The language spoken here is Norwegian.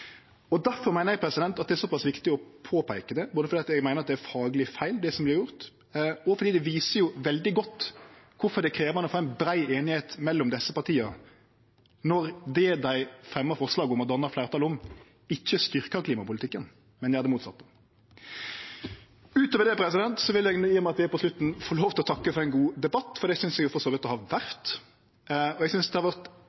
meiner eg det er så pass viktig å påpeike det – både fordi eg meiner det er fagleg feil, det som vert gjort, og fordi det viser veldig godt kvifor det er krevjande å få brei einigheit mellom desse partia når det dei fremjar forslag om og dannar fleirtal for, ikkje styrkjer klimapolitikken, men gjer det motsette. Utover det vil eg, i og med at vi er på slutten, få lov til å takke for ein god debatt, for det synest eg for så vidt det har vore, og eg synest også det har vore